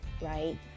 right